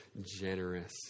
generous